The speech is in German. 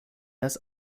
das